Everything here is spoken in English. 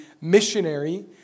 missionary